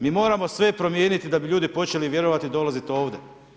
Mi moramo sve promijeniti da bi ljudi počeli vjerovati, dolaziti ovdje.